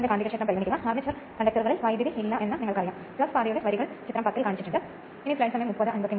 അതിനാൽ ഇവിടെയും ഞാൻ ഒരു പുസ്തകത്തിൽ നിന്ന് എടുത്തതാണ് ഫോട്ടോകോപ്പി കാരണം ഈ ചിത്രം കറുത്തതായി തോന്നുന്നു